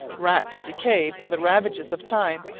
racked and decayed by the ravages of time,